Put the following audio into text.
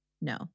No